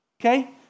okay